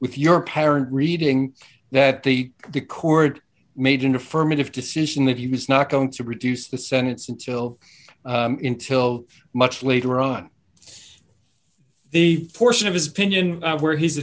with your parent reading that the court made an affirmative decision that he was not going to reduce the sentence until intil much later on the portion of his opinion where he's